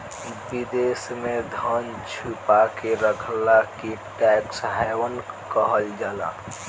विदेश में धन छुपा के रखला के टैक्स हैवन कहल जाला